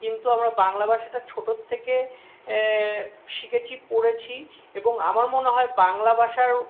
কিন্তু আমরা বাংলা ভাষাটা ছোটোর থেকে শিখেছি পড়েছি এবং আমার মনে হয় বাংলা ভাষার